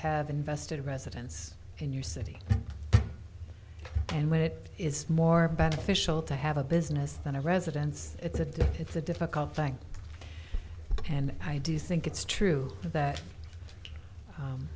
have invested residence in your city and when it is more beneficial to have a business than a residence it's a it's a difficult thing and i do think it's true that